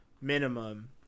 minimum